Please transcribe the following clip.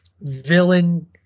Villain